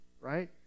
right